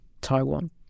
Taiwan